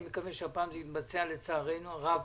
אני מקווה שהפעם זה יתבצע, לצערנו הרב